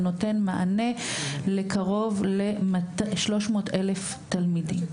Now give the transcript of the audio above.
זה נותן מענה לקרוב ל-300,000 תלמידים.